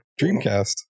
Dreamcast